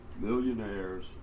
millionaires